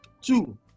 Two